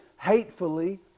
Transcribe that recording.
hatefully